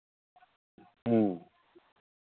ᱦᱮᱸ